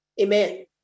amen